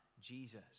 Jesus